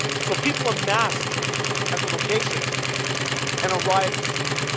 so, people amassed at the location and a riot ensued.